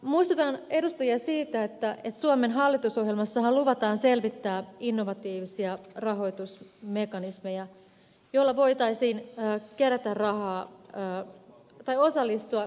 muistutan edustajia siitä että suomen hallitusohjelmassahan luvataan selvittää innovatiivisia rahoitusmekanismeja joilla voitaisiin osallistua kehitysrahoitukseen